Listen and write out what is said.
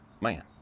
man